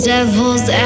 Devil's